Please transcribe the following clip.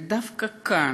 ודווקא כאן,